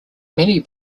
many